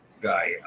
guy